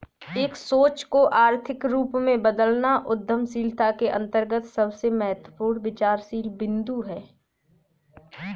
एक सोच को आर्थिक रूप में बदलना उद्यमशीलता के अंतर्गत सबसे महत्वपूर्ण विचारशील बिन्दु हैं